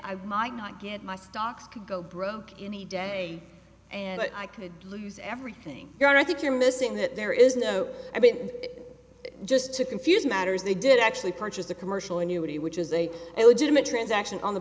i might not get my stocks could go broke any day and i could lose everything you got i think you're missing that there is no i mean just to confuse matters they did actually purchase a commercial annuity which is a legitimate transaction on the